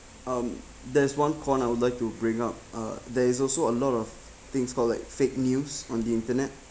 um there's one corner I would like to bring up uh there is also a lot of things called like fake news on the internet